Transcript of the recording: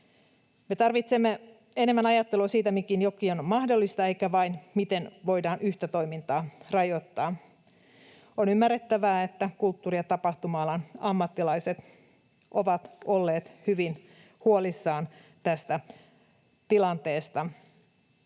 Me tarvitsemme enemmän ajattelua siitä, miten jokin on mahdollista, emmekä vain siitä, miten voidaan yhtä toimintaa rajoittaa. On ymmärrettävää, että kulttuuri- ja tapahtuma-alan ammattilaiset ovat olleet hyvin huolissaan tästä tilanteesta,